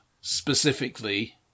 specifically